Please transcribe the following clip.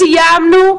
סיימנו,